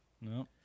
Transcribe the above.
No